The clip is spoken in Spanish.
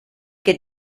que